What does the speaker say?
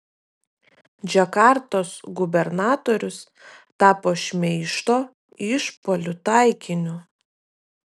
džakartos gubernatorius tapo šmeižto išpuolių taikiniu